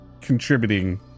contributing